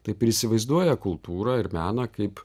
taip ir įsivaizduoja kultūrą ir meną kaip